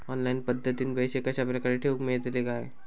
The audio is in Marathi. ऑनलाइन पद्धतीन पैसे कश्या प्रकारे ठेऊक मेळतले काय?